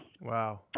wow